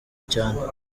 cyane